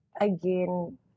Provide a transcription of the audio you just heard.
again